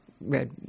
red